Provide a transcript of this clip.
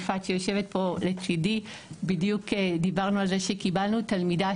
בדיוק דיברתי עם יפעת שיושבת לצידי שקיבלנו תלמידה